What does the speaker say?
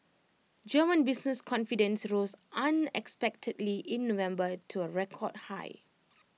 German business confidence rose unexpectedly in November to A record high